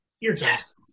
Yes